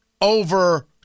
over